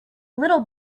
little